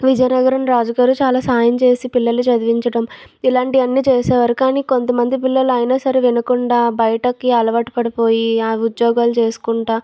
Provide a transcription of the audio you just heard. విజయనగరం రాజుగారు చాలా సాయం చేసి పిల్లల్ని చదివించడం ఇలాంటివన్నీ చేసేవారు కానీ కొంతమంది పిల్లలు అయినా సరే వినకుండా బయటకి అలవాటు పడిపోయి ఆ ఉద్యోగాలు చేసుకుంటా